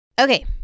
Okay